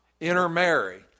intermarry